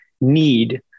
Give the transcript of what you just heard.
need